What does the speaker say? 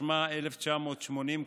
התשמ"א 1980,